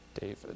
David